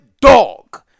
dog